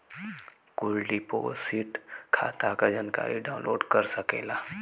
कुल डिपोसिट खाता क जानकारी डाउनलोड कर सकेला